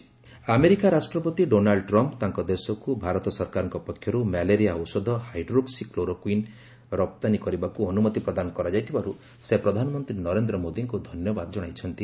US president America ରାଷ୍ଟ୍ରପତି Donald Trump ତାଙ୍କ ଦେଶକୁ ଭାରତ ସରକାରଙ୍କ ପକ୍ଷରୁ ମ୍ୟାଲେରିଆ ଔଷଧ ହାଇଡ୍ରୋକ୍ସି କ୍ଲୋରୋକୁଇନ୍ ରପ୍ତାନୀ କରିବାକୁ ଅନୁମତି ପ୍ରଦାନ କରାଯାଇଥିବାରୁ ସେ ପ୍ରଧାନମନ୍ତ୍ରୀ ନରେନ୍ଦ୍ର ମୋଦିଙ୍କୁ ଧନ୍ୟବାଦ ଜଣାଇଛନ୍ତି